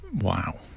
Wow